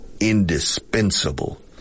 indispensable